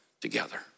together